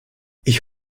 ich